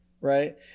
right